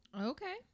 Okay